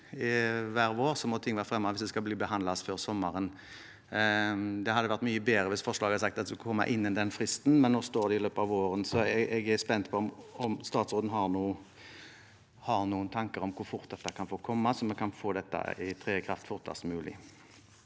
hver vår må nemlig ting være fremmet hvis det skal bli behandlet før sommeren. Det hadde vært mye bedre hvis forslaget hadde sagt at det skulle komme innen den fristen, men nå står det «i løpet av våren». Jeg er spent på om statsråden har noen tanker om hvor fort dette kan få komme, så vi kan få det til å tre i kraft fortest mulig.